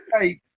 hey